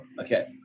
Okay